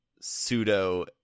pseudo